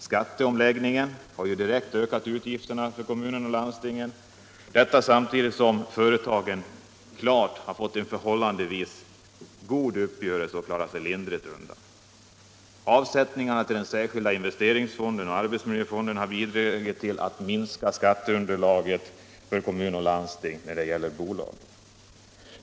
Skatteomläggningen har direkt ökat utgifterna för kommuner och landsting — detta samtidigt som företagen har fått en förhållandevis god uppgörelse och klarar sig lindrigt undan. Avsättningarna till den särskilda investeringsfonden och arbetsmiljöfonden har även bidragit till att minska kommunernas och landstingens skatteunderlag när det gäller bolag.